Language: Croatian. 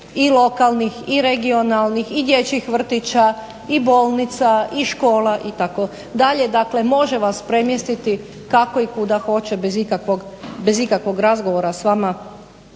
i lokalnih i regionalnih i dječjih vrtića i bolnica i škola itd. Dakle, može vas premjestiti kako i kuda hoće bez ikakvog razgovora s vama